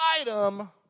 item